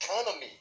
economy